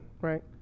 right